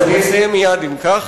אז אני אסיים מייד, אם כך.